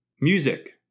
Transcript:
Music